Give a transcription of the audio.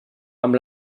amb